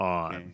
on